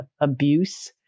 abuse